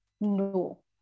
No